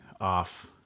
off